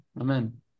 Amen